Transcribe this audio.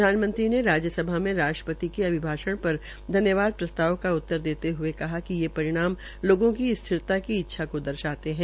प्रधानमंत्री ने राज्य सभा में राष्ट्रपति के अभिभाषण पर धन्यवाद प्रस्ताव का उत्तर देते ह्ये कहा कि ये परिणाम लोगों की स्थिरता की इच्छा को दर्शाता है